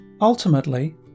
Ultimately